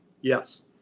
Yes